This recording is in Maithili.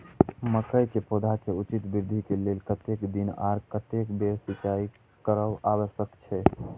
मके के पौधा के उचित वृद्धि के लेल कतेक दिन आर कतेक बेर सिंचाई करब आवश्यक छे?